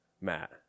Matt